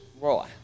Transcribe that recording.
Roy